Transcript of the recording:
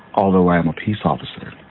although i am a peace officer,